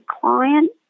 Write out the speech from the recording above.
client